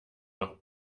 noch